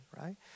right